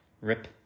Rip